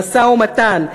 למשא-ומתן.